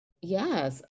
yes